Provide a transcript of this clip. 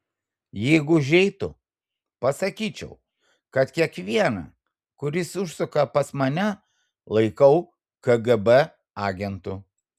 jeigu užeitų pasakyčiau kad kiekvieną kuris užsuka pas mane laikau kgb agentu